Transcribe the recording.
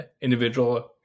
individual